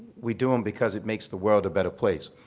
we do them because it makes the world a better place.